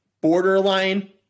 borderline